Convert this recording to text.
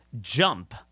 jump